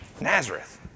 Nazareth